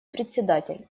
председатель